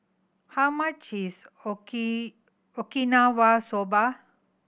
how much is Okinawa Soba